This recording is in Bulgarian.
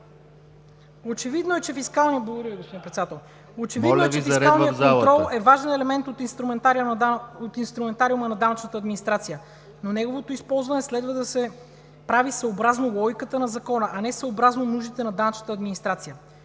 Очевидно е, че фискалният контрол е важен елемент от инструментариума на данъчната администрация, но неговото използване следва да се прави съобразно логиката на закона, а не съобразно нуждите на данъчната администрация.